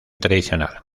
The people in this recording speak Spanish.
tradicional